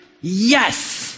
Yes